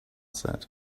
said